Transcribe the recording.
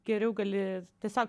geriau gali tiesiog